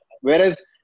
Whereas